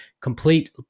complete